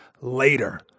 later